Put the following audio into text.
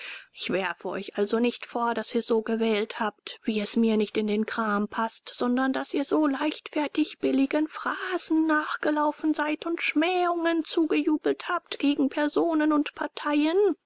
ich werfe euch also nicht vor daß ihr so gewählt habt wie es mir nicht in den kram paßt sondern daß ihr so leichtfertig billigen phrasen nachgelaufen seid und schmähungen zugejubelt habt gegen personen und parteien